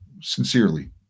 Sincerely